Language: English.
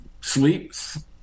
sleeps